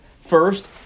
First